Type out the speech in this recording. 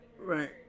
Right